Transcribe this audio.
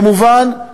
כמובן,